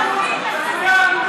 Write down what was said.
תשרת בצבא,